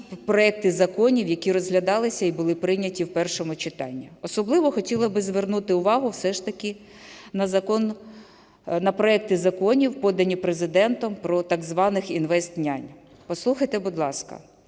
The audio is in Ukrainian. проекти законів, які розглядалися і були прийняті в першому читанні. Особливо хотіла би звернути увагу все ж таки на проекти законів, подані Президентом, про так званих "інвестнянь". Послухайте, будь ласка,